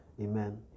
Amen